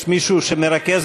יש מישהו שמרכז,